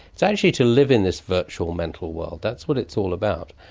it's actually to live in this virtual mental world, that's what it's all about,